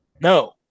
No